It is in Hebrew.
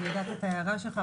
אני יודעת את ההערכה שלך,